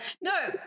no